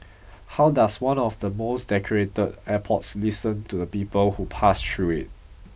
how does one of the most decorated airports listen to the people who pass through it